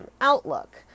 outlook